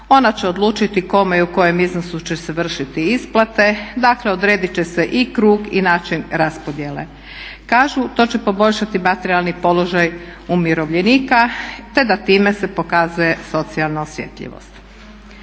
Ona će odlučiti kome i u kojem iznosu će se vršiti isplate, dakle odredit će se i krug i način raspodjele. Kažu, to će poboljšati materijalni položaj umirovljenika te da time se pokazuje socijalna osjetljivost.